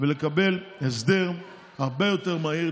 ולקבל הסדר הרבה יותר מהיר,